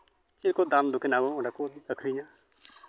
ᱪᱮᱫ ᱠᱚ ᱫᱟᱱ ᱫᱚᱠᱠᱷᱤᱱᱟ ᱠᱚ ᱚᱸᱰᱮ ᱠᱚ ᱟᱹᱠᱷᱨᱤᱧᱟ